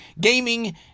gaming